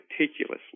meticulously